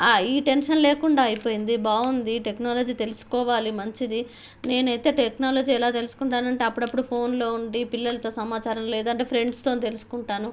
ఈ టెన్షన్ లేకుండా అయిపోయింది బాగుంది టెక్నాలజీ తెలుసుకోవాలి మంచిది నేను అయితే టెక్నాలజీ ఎలా తెలుసుకుంటాను అంటే అప్పుడప్పుడు ఫోన్లో ఉండి పిల్లలతో సమాచారం లేదు అంటే ఫ్రెండ్స్తో తెలుసుకుంటాను